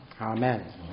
Amen